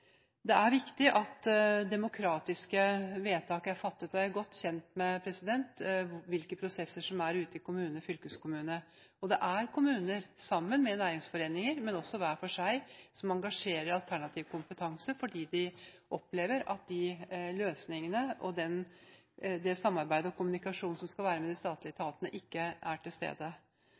Det er viktig at demokratiske vedtak er fattet. Jeg er godt kjent med hvilke prosesser som er ute i kommuner og fylkeskommuner, og det er kommuner som sammen med næringsforeninger og også hver for seg engasjerer alternativ kompetanse fordi de opplever at de løsningene, det samarbeidet og den kommunikasjonen som skal være med de statlige etatene, ikke er til stede